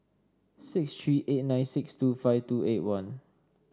six three eight nine six two five two eight one